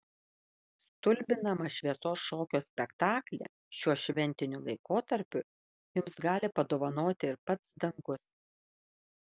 stulbinamą šviesos šokio spektaklį šiuo šventiniu laikotarpiu jums gali padovanoti ir pats dangus